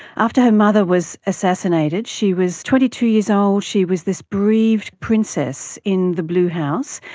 after her mother was assassinated, she was twenty two years old, she was this bereaved princess in the blue house.